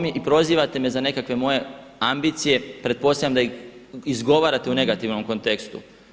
I prozivate me za nekakve moje ambicije, pretpostavljam da ih izgovarate u negativnom kontekstu.